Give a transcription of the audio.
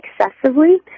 excessively